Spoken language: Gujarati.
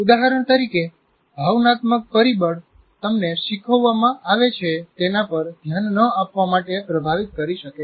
ઉદાહરણ તરીકે ભાવનાત્મક પરિબળ તમને શીખવવામાં આવે છે તેના પર ધ્યાન ન આપવા માટે પ્રભાવિત કરી શકે છે